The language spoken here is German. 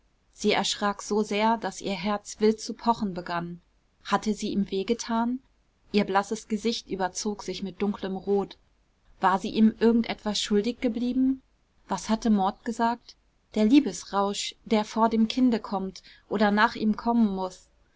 sie erschrak so sehr daß ihr herz wild zu pochen begann hatte sie ihm wehgetan ihr blasses gesicht überzog sich mit dunklem rot war sie ihm irgend etwas schuldig geblieben was hatte maud gesagt der liebesrausch der vor dem kinde kommt oder nach ihm kommen muß